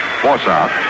force-out